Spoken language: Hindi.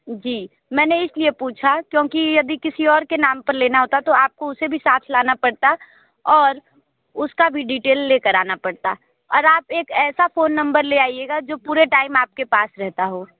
जी मैंने इस लिए पूछा क्योंकि यदि किसी और के नाम पर लेना होता तो आपको उसे भी साथ लाना पड़ता और उसका भी डिटेल ले कर आना पड़ता और आप एक ऐसा फ़ोन नंबर ले आएगा जो पूरे टाइम आपके पास रहता हो